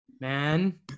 Man